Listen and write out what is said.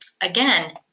again